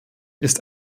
ist